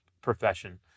profession